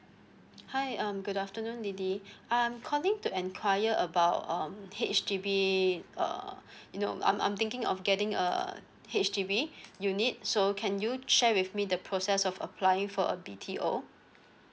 hi um good afternoon lily I'm calling to enquire about um H_D_B uh you know I'm I'm thinking of getting a H_D_B unit so can you share with me the process of applying for a B_T_O